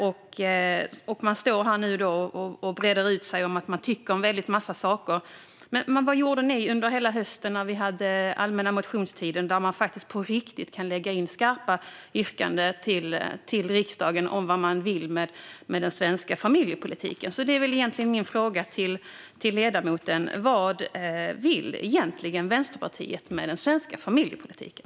Men nu står man här och breder ut sig om att man tycker en väldig massa saker. Vad gjorde ni under hela höstens allmänna motionstid då man faktiskt på riktigt kan lägga in skarpa yrkanden till riksdagen om vad man vill med den svenska familjepolitiken? Min fråga till ledamoten är därför: Vad vill Vänsterpartiet egentligen med den svenska familjepolitiken?